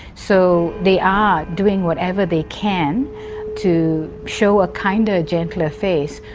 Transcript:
so they are doing whatever they can to show a kinder, gentler face,